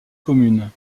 commune